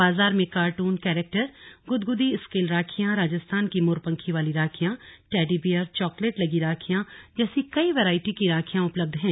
बाजार में cartoon character गुदगुदी स्केल राखियां राजस्थान की मोरपंखी वाली राखियां टेडी बियर चॉकलेट लगी राखियां जैसी कई वैरायटी की राखियां उपलब्ध हैं